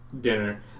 dinner